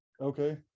okay